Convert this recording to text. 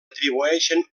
atribueixen